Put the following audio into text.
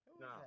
No